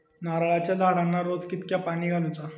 नारळाचा झाडांना रोज कितक्या पाणी घालुचा?